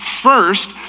first